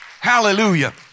hallelujah